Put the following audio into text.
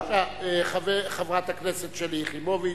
בבקשה, חברת הכנסת שלי יחימוביץ,